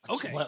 Okay